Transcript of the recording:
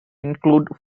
include